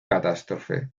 catástrofe